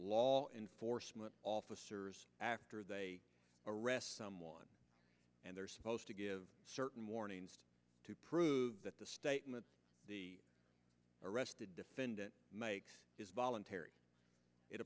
law enforcement officers after they arrest someone and they are supposed to give certain mornings to prove that the statement arrest the defendant makes is voluntary it